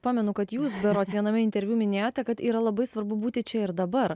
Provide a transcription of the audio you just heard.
pamenu kad jūs berods viename interviu minėjote kad yra labai svarbu būti čia ir dabar